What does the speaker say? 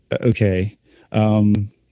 okay